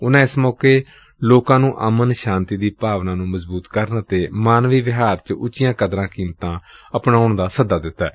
ਉਨੂਾ ਏਸ ਮੌਕੇ ਲੋਕਾਂ ਨੂੰ ਅਮਨ ਸ਼ਾਂਤੀ ਦੀ ਭਾਵਨਾ ਨੂੰ ਮਜ਼ਬੂਤ ਕਰਨ ਅਤੇ ਮਾਨਵੀ ਵਿਹਾਰ ਚ ਉੱਚੀਆਂ ਕਦਰਾਂ ਕੀਮਤਾਂ ਅਪਣਾਉਣ ਦਾ ਸੱਦਾ ਦਿੱਤੈ